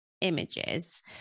images